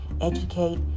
educate